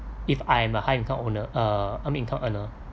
if I am a high income owner uh um income earner